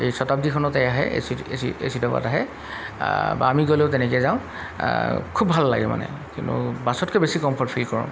এই শ্বটাব্দিখনতে আহে A C A C A C দবাত আহে বা আমি গ'লেও তেনেকৈ যাওঁ খুব ভাল লাগে মানে কিন্তু বাছতকৈ বেছি কম্ফৰ্ট ফিল কৰোঁ